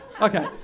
Okay